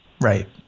Right